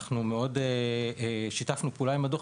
אנחנו מאוד שיתפנו פעולה עם הדו"ח,